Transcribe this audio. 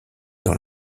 dans